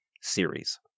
series